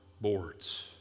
boards